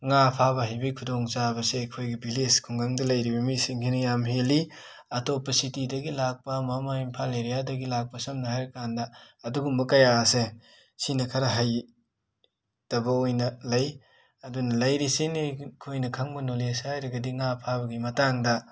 ꯉꯥ ꯐꯥꯕ ꯍꯩꯕꯒꯤ ꯈꯨꯗꯣꯡꯆꯥꯕꯁꯦ ꯑꯩꯈꯣꯏꯒꯤ ꯕꯤꯂꯦꯖ ꯈꯨꯡꯒꯪꯗ ꯂꯩꯔꯤꯔ ꯃꯤꯁꯤꯡꯁꯤꯅ ꯌꯥꯝ ꯍꯦꯜꯂꯤ ꯑꯇꯣꯞꯄ ꯁꯤꯇꯤꯗꯒꯤ ꯂꯥꯛꯄ ꯃꯃꯥꯏ ꯏꯝꯐꯥꯜ ꯑꯦꯔꯤꯌꯥꯗꯒꯤ ꯂꯥꯛꯄ ꯁꯝꯅ ꯍꯥꯏꯔꯀꯥꯟꯗ ꯑꯗꯨꯒꯨꯝꯕ ꯀꯌꯥ ꯑꯁꯦ ꯁꯤꯅ ꯈꯔ ꯍꯩ ꯇꯕ ꯑꯣꯏꯅ ꯂꯩ ꯑꯗꯨꯅ ꯂꯩꯔꯤꯁꯤꯅꯤ ꯑꯩꯈꯣꯏꯅ ꯈꯪꯕ ꯅꯣꯂꯦꯁ ꯍꯥꯏꯔꯒꯗꯤ ꯉꯥ ꯐꯥꯕꯒꯤ ꯃꯇꯥꯡꯗ